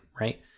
right